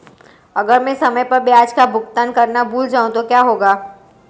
अगर मैं समय पर ब्याज का भुगतान करना भूल जाऊं तो क्या होगा?